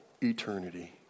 eternity